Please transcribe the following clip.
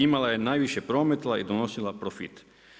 Imala je najviše prometa i donosila profit.